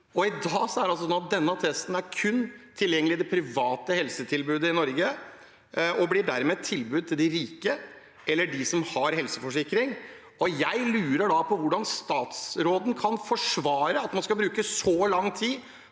I dag er denne testen kun tilgjengelig i det private helsetilbudet i Norge, og blir dermed et tilbud til de rike eller de som har helseforsikring. Jeg lurer på hvordan statsråden kan forsvare at man skal bruke så lang tid